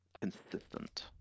consistent